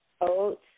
oats